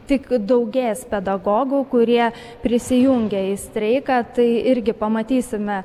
tik daugės pedagogų kurie prisijungia į streiką tai irgi pamatysime